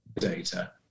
data